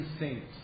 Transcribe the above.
saints